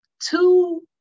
two